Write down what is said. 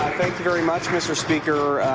very much, mr. speaker.